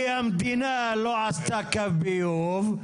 כי המדינה לא עשתה קו ביוב.